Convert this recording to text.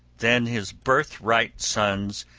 than his birthright sons,